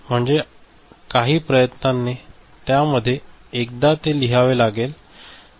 म्हणजे काही प्रयत्नाने त्या मध्ये एकदा ते लिहावे लागेल